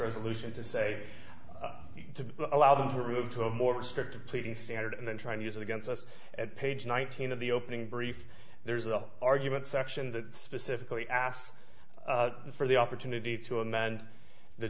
resolution to say to allow them to move to a more strict pleading standard and then trying to use against us at page nineteen of the opening brief there's the argument section that specifically asked for the opportunity to amend the